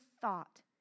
thought